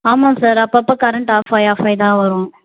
ஆமாங்க சார் அப்பப்போ current off ஆகி ஆஃப் ஆகி தான் வரும்